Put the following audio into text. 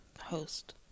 host